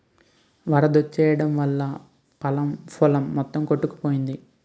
వరదొచ్చెయడం వల్లా పల్లం పొలం మొత్తం కొట్టుకుపోయింది